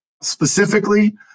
specifically